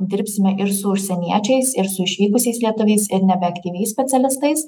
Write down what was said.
dirbsime ir su užsieniečiais ir su išvykusiais lietuviais ir nebeaktyviais specialistais